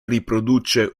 riproduce